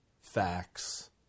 facts